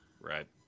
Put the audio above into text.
Right